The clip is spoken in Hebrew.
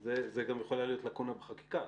זו גם יכולה להיות לקונה בחקיקה.